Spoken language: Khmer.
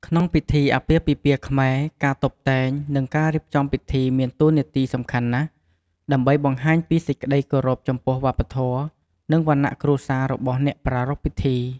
ក្នុងពិធីអាពាហ៍ពិពាហ៍ខ្មែរ ការតុបតែង និងការរៀបចំពិធីមានតួនាទីសំខាន់ណាស់ ដើម្បីបង្ហាញពីសេចក្តីគោរពចំពោះវប្បធម៌ និងវណ្ណៈគ្រួសាររបស់អ្នកប្រារព្ធពិធី។